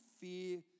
fear